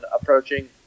approaching